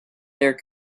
their